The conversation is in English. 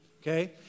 okay